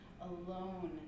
alone